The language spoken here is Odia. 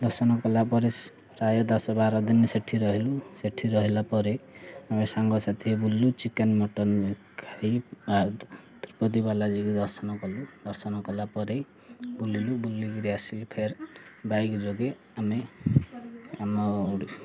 ଦର୍ଶନ କଲା ପରେ ପ୍ରାୟ ଦଶ ବାର ଦିନ ସେଠି ରହିଲୁ ସେଠି ରହିଲା ପରେ ଆମେ ସାଙ୍ଗସାଥି ବୁଲିଲୁ ଚିକେନ୍ ମଟନ୍ ଖାଇ ତିରୁପତି ବାଲାଜୀକୁ ଦର୍ଶନ କଲୁ ଦର୍ଶନ କଲା ପରେ ବୁଲିଲୁ ବୁଲିକିରି ଆସ ଫେର୍ ବାଇକ୍ ଯୋଗେ ଆମେ ଆମ